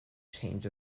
changed